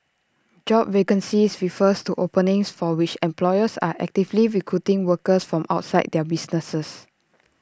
job vacancies refers to openings for which employers are actively recruiting workers from outside their businesses